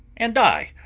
and i,